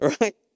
Right